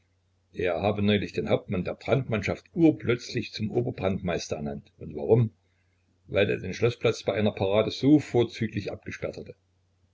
er habe neulich den hauptmann der brandmannschaften urplötzlich zum oberbrandmeister ernannt und warum weil er den schloßplatz bei einer parade so vorzüglich abgesperrt hatte